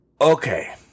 Okay